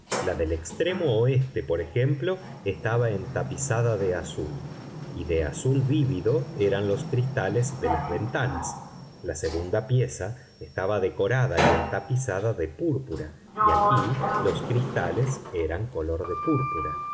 la del extremo oeste por ejemplo estaba entapizada de azul y de azul vívido eran los cristales de las ventanas la segunda pieza estaba decorada y entapizada de púrpura y aquí los cristales eran color de púrpura